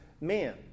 man